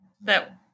That-